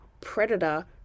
predator